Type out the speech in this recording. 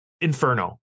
inferno